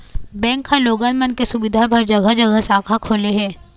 bank ह लोगन मन के सुबिधा बर जघा जघा शाखा खोले हे